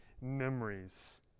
memories